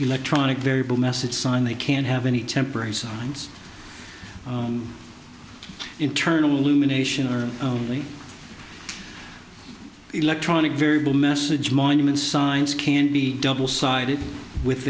electronic variable message sign they can't have any temporary signs internal lumination are only electronic variable message monuments signs can be double sided with